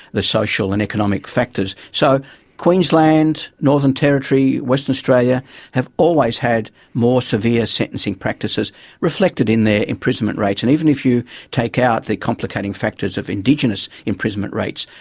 the social and economic factors. so queensland, northern territory, western australia have always had more severe sentencing practices reflected in their imprisonment rates. and even if you take out the complicating factors of indigenous imprisonment rates,